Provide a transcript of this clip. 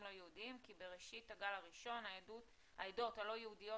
לא-יהודים כי בראשית הגל הראשון העדות הלא-יהודיות,